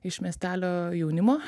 iš miestelio jaunimo